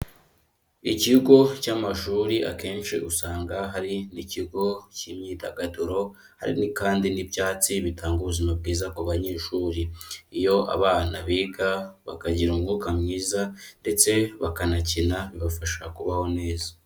Ikigo cy'amashuri akenshi usanga hari n'ikigo cy'imyidagaduro, hari kandi n'ibyatsi bitanga ubuzima bwiza ku banyeshuri. Iyo abana biga, bakagira umwuka mwiza, ndetse bakanakina bibafasha kubaho neza.